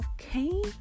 Okay